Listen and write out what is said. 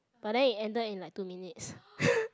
but then it ended in like two minutes